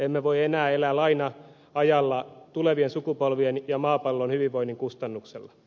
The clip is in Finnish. emme voi enää elää laina ajalla tulevien sukupolvien ja maapallon hyvinvoinnin kustannuksella